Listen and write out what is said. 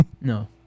no